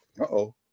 Uh-oh